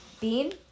Bean